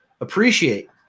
appreciate